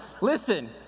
Listen